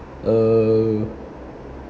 uh